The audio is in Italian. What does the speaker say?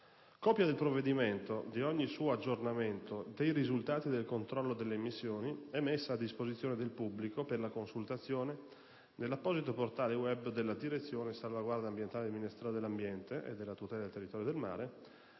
Copia del provvedimento, di ogni suo aggiornamento e dei risultati del controllo delle emissioni è messa a disposizione del pubblico per la consultazione, nell'apposito portale *web* della Direzione salvaguardia ambientale del Ministero dell'ambiente e della tutela del territorio e del mare,